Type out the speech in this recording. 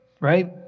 right